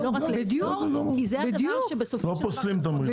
לא פוסלים תמריצים.